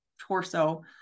torso